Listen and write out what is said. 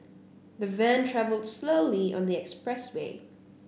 the van travelled slowly on the expressway